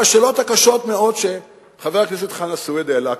בשאלות הקשות מאוד שחבר הכנסת חנא סוייד העלה קודם,